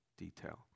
detail